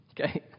Okay